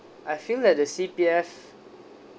I feel that the C_P_F